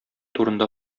турында